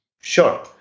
Sure